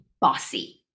bossy